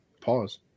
Pause